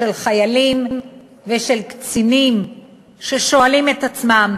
לחיילים ולקצינים ששואלים את עצמם: